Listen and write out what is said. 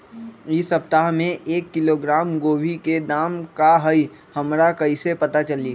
इ सप्ताह में एक किलोग्राम गोभी के दाम का हई हमरा कईसे पता चली?